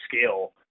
scale